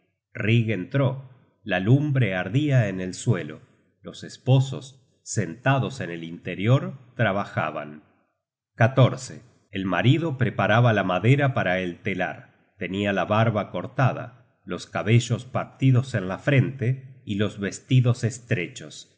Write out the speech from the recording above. rig entró la lumbre ardia en el suelo los esposos sentados en el interior trabajaban el marido preparaba la madera para el telar tenia la barba cortada los cabellos partidos en la frente y los vestidos estrechos